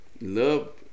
love